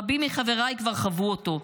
רבים מחבריי כבר חוו אותו,